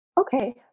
Okay